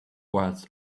whilst